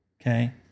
Okay